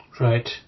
Right